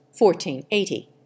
1480